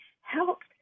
helped